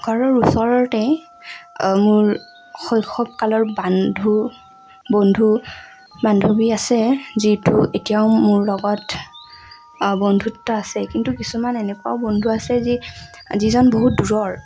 ঘৰৰ ওচৰতেই মোৰ শৈশৱকালৰ বান্ধু বন্ধু বান্ধৱী আছে যিটো এতিয়াও মোৰ লগত বন্ধুত্ব আছে কিন্তু কিছুমান এনেকুৱাও বন্ধু আছে যি যিজন বহুত দূৰৰ